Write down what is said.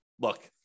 look